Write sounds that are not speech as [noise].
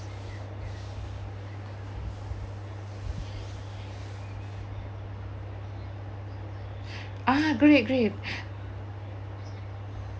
ah great great [breath]